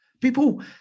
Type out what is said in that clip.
People